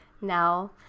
now